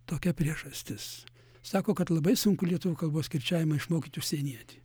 tokia priežastis sako kad labai sunku lietuvių kalbos kirčiavimą išmokyt užsienietį